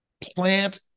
plant